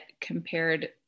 compared